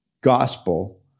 gospel